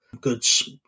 goods